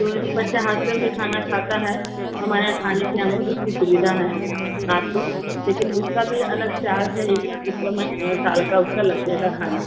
तो यदि बच्चा हॉस्टल में खाना खाता है तो हमारे यहाँ खाने की यहाँ बहुत अच्छी सुविधा है आपको लेकिन उसका भी अलग चार्ज है एक लाख रुपया महिना साल का उसका लग जाएगा खाने का